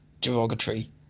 derogatory